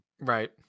Right